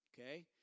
okay